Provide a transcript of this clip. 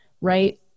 right